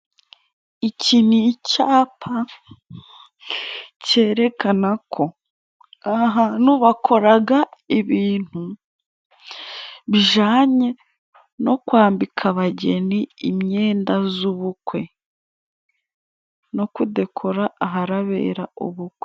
Iki ni icapa cerekana ko aha hantu bakoraga ibintu bijanye no kwambika abageni imyenda z'ubukwe no kudekora aharabera ubukwe.